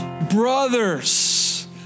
brothers